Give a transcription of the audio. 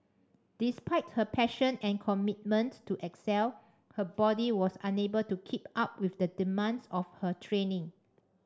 despite her passion and commitment to excel her body was unable to keep up with the demands of her training